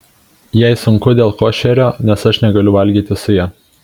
jai sunku dėl košerio nes aš negaliu valgyti su ja